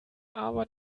aber